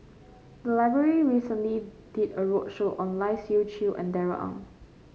the library recently did a roadshow on Lai Siu Chiu and Darrell Ang